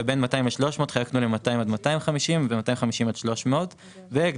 ובין 200 300 חילקנו ל-200 250 ו-250 300. ודבר שני,